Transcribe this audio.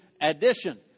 addition